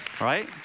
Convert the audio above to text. Right